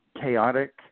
chaotic